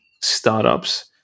startups